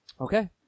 Okay